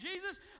Jesus